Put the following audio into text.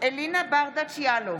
אלינה ברדץ' יאלוב,